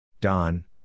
Don